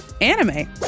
anime